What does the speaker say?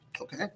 Okay